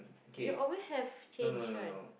you always have change one